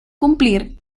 cumplir